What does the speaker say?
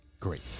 great